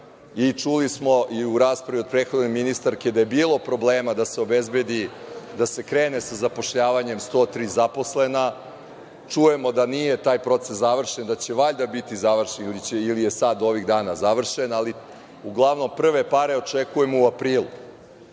smo i u raspravi od prethodne ministarke da je bilo problema da se obezbedi da se krene sa zapošljavanjem 103 zaposlena. Čujemo da nije taj proces završen, da će valjda biti završen ili je sad ovih dana završen, ali uglavnom prve pare očekujemo u aprilu.